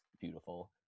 beautiful